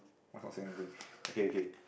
mine not saying anything okay okay